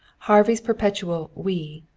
harvey's perpetual we,